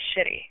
shitty